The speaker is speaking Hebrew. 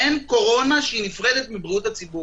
אין קורונה שהיא נפרדת מבריאות הציבור.